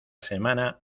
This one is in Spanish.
semana